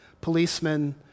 policemen